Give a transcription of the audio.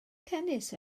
tennis